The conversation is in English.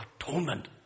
atonement